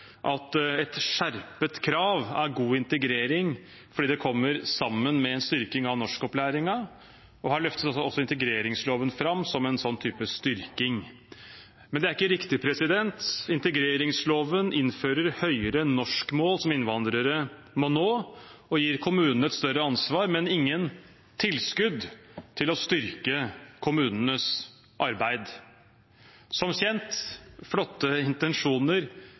at et skjerpet krav er god integrering fordi det kommer sammen med en styrking av norskopplæringen. Her løftes også integreringsloven fram som en sånn type styrking. Men det er ikke riktig. Integreringsloven innfører høyere norskmål som innvandrere må nå, og gir kommunen et større ansvar, men ingen tilskudd til å styrke kommunenes arbeid. Som kjent: Flotte intensjoner